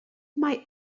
mae